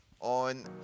On